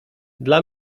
dla